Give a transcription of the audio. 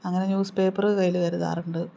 അങ്ങനെ newspaper കയ്യില് കരുതാറുണ്ട്